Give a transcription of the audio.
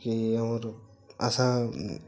କି ଆମର ଆଶା